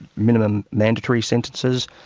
minimum mandatory sentences,